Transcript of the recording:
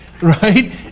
Right